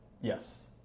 Yes